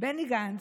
בני גנץ,